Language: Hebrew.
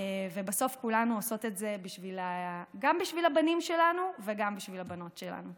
ובסוף כולנו עושות את זה גם בשביל הבנים שלנו וגם בשביל הבנות שלנו.